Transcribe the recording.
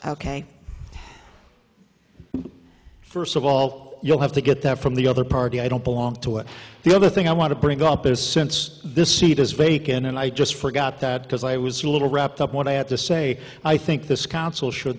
spoken first of all you'll have to get that from the other party i don't belong to what the other thing i want to bring up is since this seat is vacant and i just forgot that because i was a little wrapped up what i have to say i think this council should